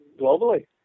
globally